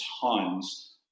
tons